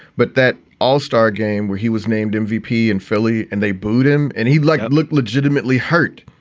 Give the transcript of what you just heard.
but that all-star game where he was named mvp in philly and they booed him and he'd like looked legitimately hurt,